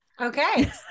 Okay